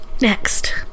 Next